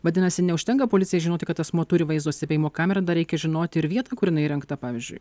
vadinasi neužtenka policijai žinoti kad asmuo turi vaizdo stebėjimo kamerą dar reikia žinoti ir vietą kur jinai įrengta pavyzdžiui